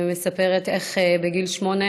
ומספרת איך בגיל שמונה